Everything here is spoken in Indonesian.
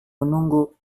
menunggu